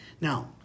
Now